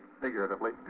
figuratively